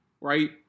right